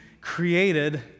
created